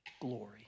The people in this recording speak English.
glory